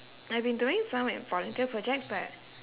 I've been doing some like volunteer projects but